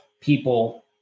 people